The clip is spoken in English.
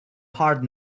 hard